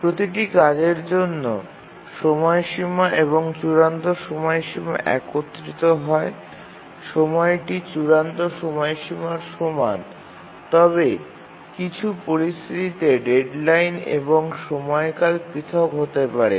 প্রতিটি কাজের জন্য সময়সীমা এবং চূড়ান্ত সময়সীমা একত্রিত হয় সময়টি চূড়ান্ত সময়সীমার সমান তবে কিছু পরিস্থিতিতে ডেডলাইন এবং সময়কাল পৃথক হতে পারে